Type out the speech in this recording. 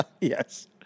Yes